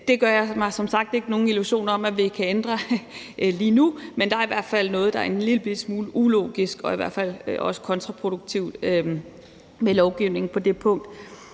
Det gør jeg mig som sagt ikke nogen illusioner om at vi kan ændre lige nu, men der er i hvert fald noget, der er en lillebitte smule ulogisk og i hvert fald også kontraproduktivt ved lovgivningen på det punkt.